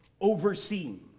overseen